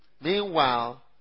Meanwhile